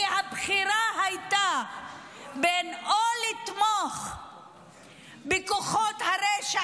כי הבחירה הייתה בין לתמוך בכוחות הרשע,